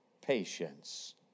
patience